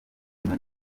nizzo